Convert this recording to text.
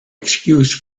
excuse